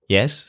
Yes